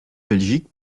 belgique